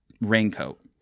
raincoat